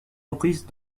reprises